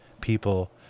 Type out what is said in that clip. people